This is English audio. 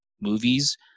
movies